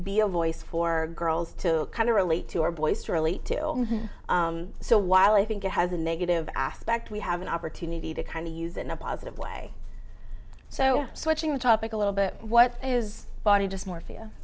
be a voice for girls to kind of relate to our boys to relate to so while i think it has a negative aspect we have an opportunity to kind of use it in a positive way so switching the topic a little bit what is body just mor